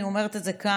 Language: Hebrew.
אני אומרת את זה כאן,